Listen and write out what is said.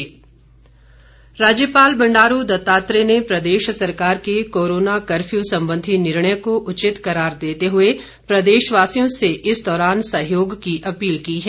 राज्यपाल राज्यपाल बंडारू दत्तात्रेय ने प्रदेश सरकार के कोरोना कर्फ्यू संबंधी निणर्य को उचित करार देते हुए प्रदेशवासियों से इस दौरान सहयोग की अपील की है